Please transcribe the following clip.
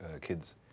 kids